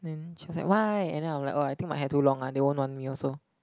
then she was like why and then I'm like oh I think my hair too long lah they won't want me also